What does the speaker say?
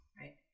Right